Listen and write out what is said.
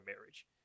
marriage